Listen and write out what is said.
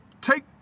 take